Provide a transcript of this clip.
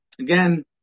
again